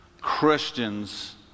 Christians